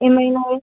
ఏమైనా